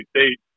State